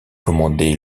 commandé